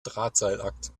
drahtseilakt